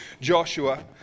Joshua